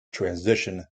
transition